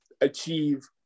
achieve